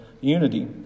unity